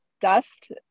dust